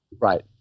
Right